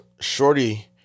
Shorty